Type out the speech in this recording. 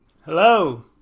Hello